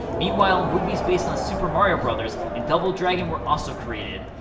meanwhile, movies based on super mario bros. and double dragon were also created,